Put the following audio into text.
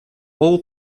all